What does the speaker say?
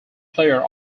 player